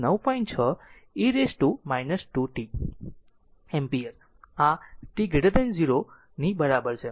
6 e t 2 t ampere આ t અથવા 0 ની બરાબર છે